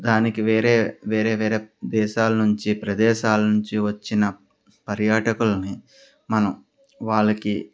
దానికి వేరే వేరే వేరే దేశాల నుంచి ప్రదేశాల నుంచి వచ్చిన పర్యాటకుల్ని మనం వాళ్ళకి